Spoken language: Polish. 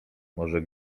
może